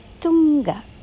Tunga